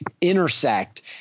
intersect